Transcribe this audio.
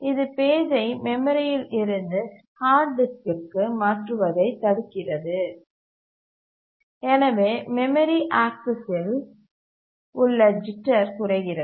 இது பேஜை மெமரியில் இருந்து ஹார்ட் டிஸ்க்கிற்கு மாற்றுவதைத் தடுக்கிறது எனவேமெமரிஆக்சசில் உள்ள ஜிட்டர் குறைகிறது